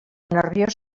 nerviós